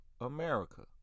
America